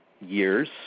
years